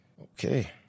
Okay